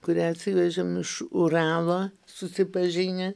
kurią atsivežėm iš uralo susipažinę